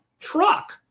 truck